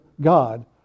God